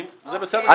זה בסדר גמור.